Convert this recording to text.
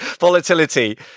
Volatility